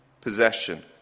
possession